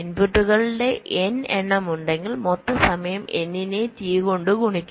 ഇൻപുട്ടുകളുടെ n എണ്ണം ഉണ്ടെങ്കിൽ മൊത്തം സമയം n നെ T കൊണ്ട് ഗുണിക്കും